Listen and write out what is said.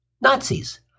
Nazis